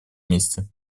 месте